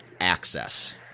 access